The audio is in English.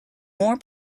more